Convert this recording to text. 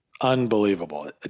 Unbelievable